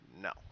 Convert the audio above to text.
no